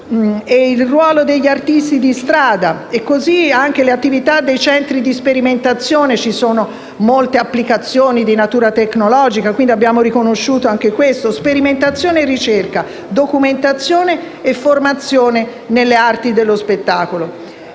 il ruolo degli artisti di strada e delle attività dei centri di sperimentazione: ci sono molte applicazioni di natura tecnologica, quindi abbiamo riconosciuto anche sperimentazione e ricerca, documentazione e formazione nelle arti dello spettacolo.